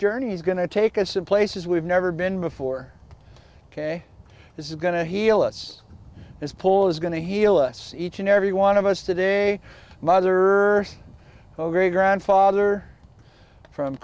journey is going to take us a place as we've never been before ok this is going to heal us is pull is going to heal us each and every one of us today mother oh great grandfather from